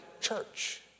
church